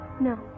No